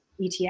ETF